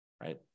right